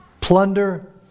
plunder